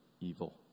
evil